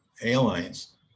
airlines